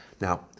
Now